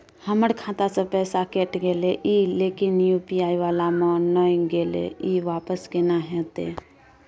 हमर खाता स पैसा कैट गेले इ लेकिन यु.पी.आई वाला म नय गेले इ वापस केना होतै?